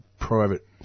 Private